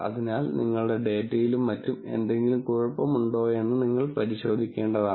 അതിനാൽ നിങ്ങളുടെ ഡാറ്റയിലും മറ്റും എന്തെങ്കിലും കുഴപ്പമുണ്ടോയെന്ന് നിങ്ങൾ പരിശോധിക്കേണ്ടതാണ്